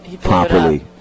properly